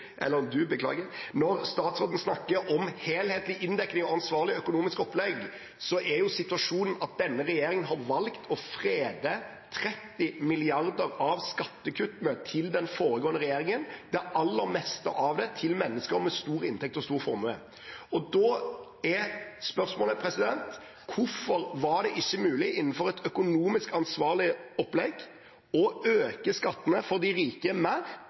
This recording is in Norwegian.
denne regjeringen har valgt å frede 30 mrd. kr av skattekuttene til den foregående regjeringen – det aller meste av det til mennesker med stor inntekt og stor formue. Da er spørsmålet: Hvorfor var det ikke mulig innenfor et økonomisk ansvarlig opplegg å øke skattene for de rike mer,